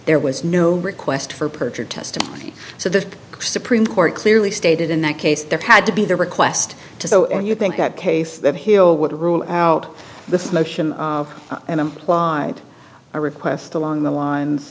there was no request for perjured testimony so the supreme court clearly stated in that case there had to be the request to go and you think that case that he'll would rule out this motion and implied a request along the lines